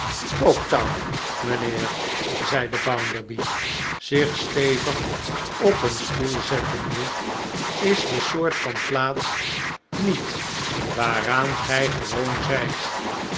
coketown mijnheer zeide bounderby zich stevig op een stoel zettende is de soort van plaats niet waaraan gij gewoon zijt